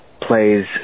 plays